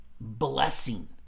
blessing